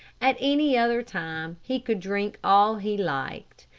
at any other time, he could drink all he liked.